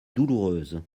douloureuse